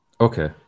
Okay